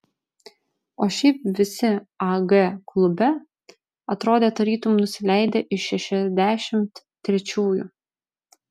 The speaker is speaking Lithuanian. o šiaip visi ag klube atrodė tarytum nusileidę iš šešiasdešimt trečiųjų